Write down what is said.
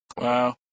Wow